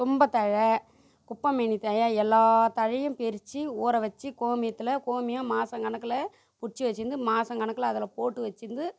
தும்பத்தழை குப்பமேனித்தழை எல்லாத் தழையும் பறிச்சி ஊறை வச்சு கோமியத்தில் கோமியம் மாதம் கணக்கில் புடித்து வச்சிருந்து மாதம் கணக்கில் அதில் போட்டு வச்சுருந்து